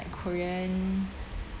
like korean